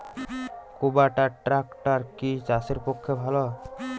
কুবটার ট্রাকটার কি চাষের পক্ষে ভালো?